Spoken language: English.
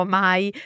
mai